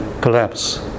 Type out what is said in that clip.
collapse